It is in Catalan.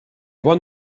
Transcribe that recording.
bon